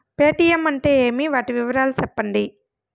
Paytm అంటే ఏమి, వాటి వివరాలు సెప్పండి?